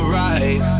right